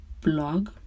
blog